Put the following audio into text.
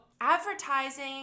advertising